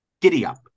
giddy-up